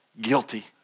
Guilty